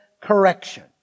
correction